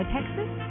Texas